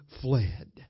fled